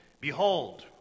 Behold